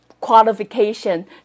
qualification